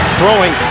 throwing